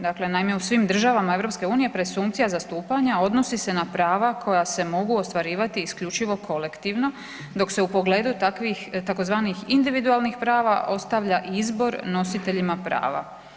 Dakle, naime u svim državama EU presumpcija zastupanja odnosi se na prava koja se mogu ostvarivati isključivo kolektivno dok se u pogledu tzv. individualnih prava ostavlja izbor nositeljima prava.